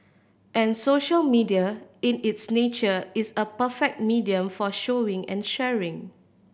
and social media in its nature is a perfect medium for showing and sharing